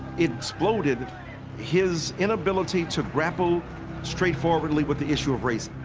it exploded his inability to grapple straightforwardly with the issue of race.